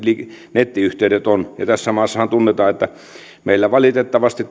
nettiyhteydet ja tässä maassahan on tunnettua että meillä valitettavasti